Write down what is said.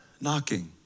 knocking